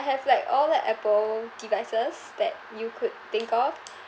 have like all the apple devices that you could think of